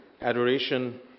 adoration